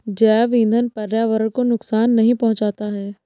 जैव ईंधन पर्यावरण को नुकसान नहीं पहुंचाता है